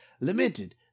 lamented